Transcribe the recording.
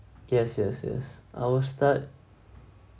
yes yes yes I will start